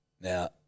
Now